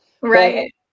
Right